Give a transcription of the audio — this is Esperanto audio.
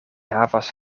havas